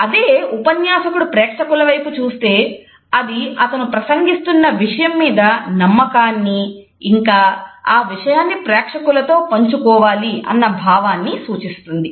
అదే ఉపన్యాసకుడు ప్రేక్షకుల వైపు చూస్తే అది అతను ప్రసంగిస్తున్న విషయం మీద నమ్మకాన్ని ఇంకా ఆ విషయాన్ని ప్రేక్షకులతో పంచుకోవాలి అన్న భావాన్ని సూచిస్తుంది